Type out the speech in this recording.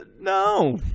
No